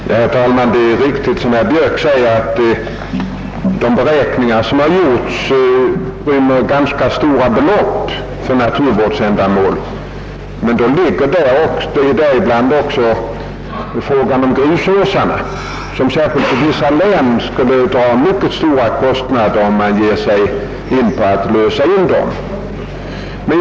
Herr talman! Det är riktigt som herr Björk säger, att de beräkningar som har gjorts slutar på ganska stora belopp för naturvårdsändamål, men då får man ta i betraktande att däri också ingår grusåsarnas bevarande, som särskilt i vissa län skulle dra mycket stora kostnader, om man gick in för att lösa in dem.